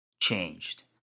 changed